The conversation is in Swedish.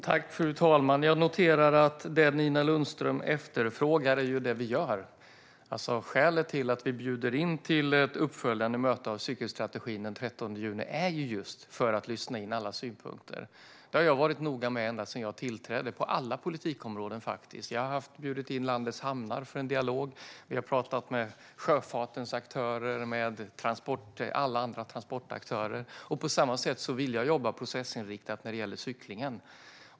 Fru talman! Jag noterar att det Nina Lundström efterfrågar är det vi gör. Skälet till att vi bjuder in till ett uppföljande möte om cykelstrategin den 13 juni är att vi vill lyssna in alla synpunkter. Detta har jag varit noga med på alla politikområden ända sedan jag tillträdde. Jag har bjudit in landets hamnar för en dialog, och jag har talat med sjöfartens aktörer och med alla andra transportaktörer. På samma sätt vill jag jobba processinriktat när det gäller cyklingen.